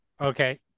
Okay